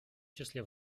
числе